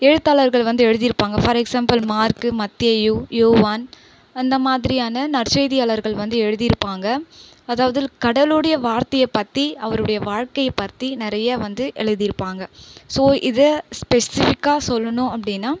எழுத்தாளர்கள் வந்து எழுதி இருப்பாங்க ஃபார் எக்ஸாம்பிள் மார்க் மத்தேயூ யோவ்வான் அந்த மாதிரியான நற்செய்தியாளர்கள் வந்து எழுதி இருப்பாங்க அதாவது கடவுளுடைய வார்த்தையை பற்றி அவருடைய வாழ்க்கையை பற்றி நிறைய வந்து எழுதி இருப்பாங்க ஸோ இதை ஸ்பெசிஃபிக்காக சொல்லணும் அப்படின்னா